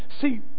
see